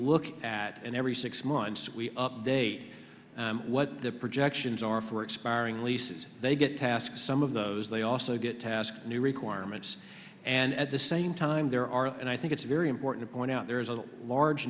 look at and every six months we update what the projections are for expiring leases they get tasks some of those they also get tasks new requirements and at the same time there are and i think it's very important to point out there is a large